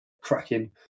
cracking